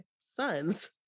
sons